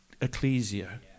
ecclesia